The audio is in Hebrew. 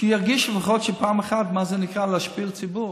שירגיש לפחות פעם אחת מה זה נקרא להשפיל ציבור.